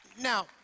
Now